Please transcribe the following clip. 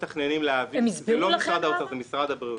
זה לא משרד האוצר, זה משרד הבריאות.